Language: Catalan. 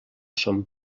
son